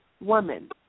woman